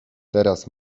teraz